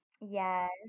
Yes